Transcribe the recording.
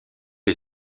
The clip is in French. est